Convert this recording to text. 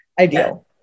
ideal